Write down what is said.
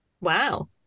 wow